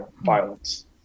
violence